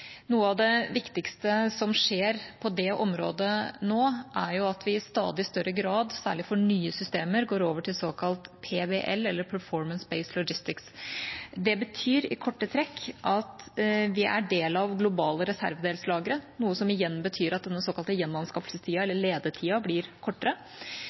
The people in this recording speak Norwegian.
Noe av det viktigste som skjer på det området nå, er at vi i stadig større grad – særlig for nye systemer – går over til såkalt PBL, eller Performance-Based Logistics. Det betyr i korte trekk at vi er del av det globale reservedelslageret, noe som igjen betyr at denne såkalte gjenanskaffelsestida, eller ledetida, blir kortere.